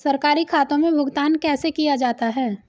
सरकारी खातों में भुगतान कैसे किया जाता है?